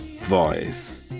voice